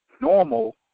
normal